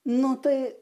nu tai